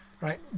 right